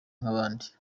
nk’abandi